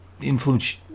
influence